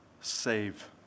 save